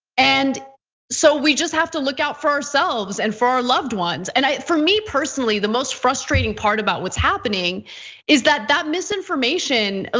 and so we just have to look out for ourselves and for our loved ones and i, for me personally. the most frustrating part about what's happening is that that misinformation, ah